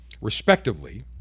respectively